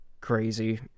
crazy